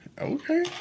Okay